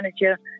manager